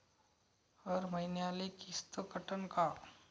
हर मईन्याले किस्त कटन का?